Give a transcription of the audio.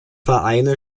vereine